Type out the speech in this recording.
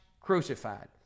crucified